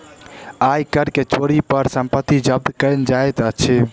आय कर के चोरी पर संपत्ति जब्त कएल जाइत अछि